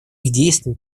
действий